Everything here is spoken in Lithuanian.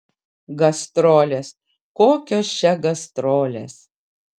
gastrolės kokios čia gastrolės